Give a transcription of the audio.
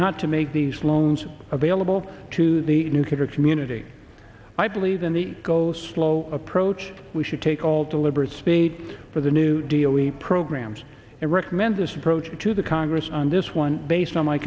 to make these loans available to the nuclear community i believe in the go slow approach we should take all deliberate speed for the new deal we programs and recommend this approach to the congress on this one based on my